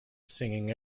singing